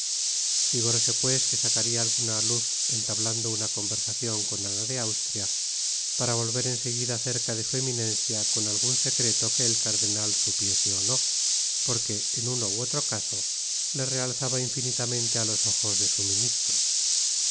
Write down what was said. figuróse pues que sacaria alguna luz entablando una conversacion con ana de austria para volver en seguida cerca de su eminencia con algun secreto que el cardenal supiese ó no porque en uno ú otro caso le realzaba infinitamente á los ojos de su ministro